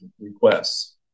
requests